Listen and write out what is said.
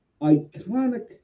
iconic